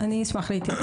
אני אשמח להתייחס.